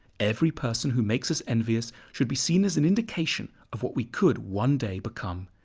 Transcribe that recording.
every person who makes us envious should be seen as an indication of what we could one day become.